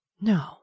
No